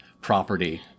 property